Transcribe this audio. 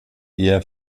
eher